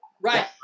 Right